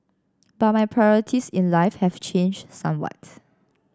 but my priorities in life have changed somewhat